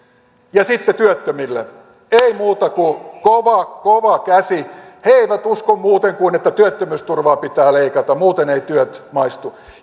ja sitten työttömille ei muuta kuin kova kova käsi he eivät usko muuten kuin siten että työttömyysturvaa pitää leikata muuten eivät työt maistu